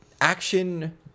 action